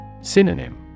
Synonym